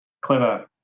Clever